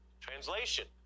Translation